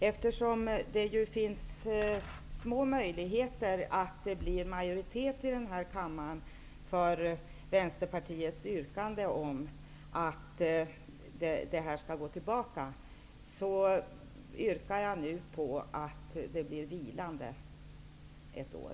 Eftersom det finns små möjligheter att uppnå majoritet här i kammaren för Vänsterpartiets yrkande om att ärendet skall återförvisas till utskottet, yrkar jag att ärendet blir vilande ett år.